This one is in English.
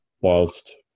whilst